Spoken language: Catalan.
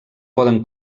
poden